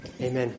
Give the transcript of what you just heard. Amen